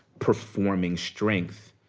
performing strength,